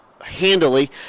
handily